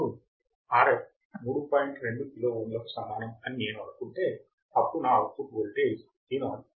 2 kilo ohm లకు సమానం అని నేను అనుకుంటే అప్పుడు నా అవుట్పుట్ వోల్టేజ్ Vo మైనస్ 4 వోల్ట్లు